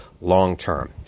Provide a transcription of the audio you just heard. long-term